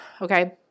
okay